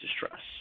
distress